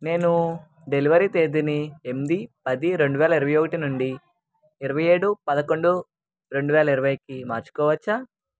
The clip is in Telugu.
నేను డెలివరీ తేదీని ఎనిమిది పది రెండు వేల ఇరవై ఒకటి నుండి ఇరవై ఏడు పదకొండు రెండు వేల ఇరవైకి మార్చుకోవచ్చా